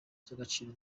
ry’agaciro